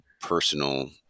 personal